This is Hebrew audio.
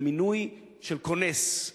זה מינוי של כונס.